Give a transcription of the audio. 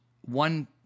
one